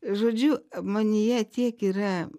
žodžiu manyje tiek yra